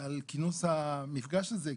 על כינוס המפגש הזה.